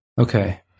Okay